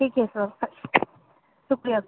ٹھیک ہے سر سکریہ سر